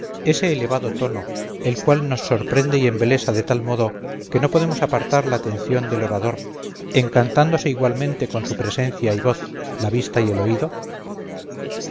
ese elevado tono el cual nos sorprende y embelesa de tal modo que no podemos apartar la atención del orador encantándose igualmente con su presencia y voz la vista y el oído